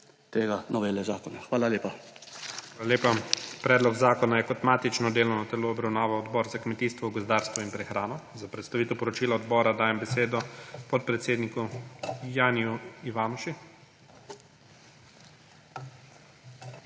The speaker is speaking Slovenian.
lepa. **PREDSEDNIK IGOR ZORČIČ:** Hvala lepa. Predlog zakona je kot matično delovno telo obravnaval Odbor za kmetijstvo, gozdarstvo in prehrano. Za predstavitev poročila odbora dajem besedo podpredsedniku Janiju Ivanuši. **JANI